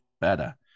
better